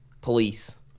Police